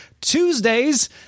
Tuesdays